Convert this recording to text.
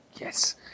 Yes